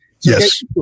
Yes